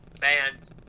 bands